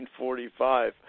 1945